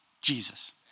jesus